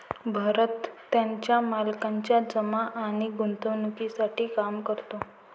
भरत त्याच्या मालकाच्या जमा आणि गुंतवणूकीसाठी काम करतो